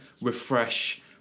refresh